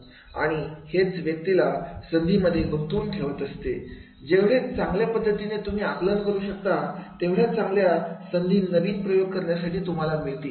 आणि हेच व्यक्तीला संधीमध्ये गुंतवून ठेवत असते जेवढे चांगल्या पद्धतीने तुम्ही आकलन करू शकता तेवढ्या चांगल्या संधी नवनवीन प्रयोग करण्यासाठी तुम्हाला मिळतील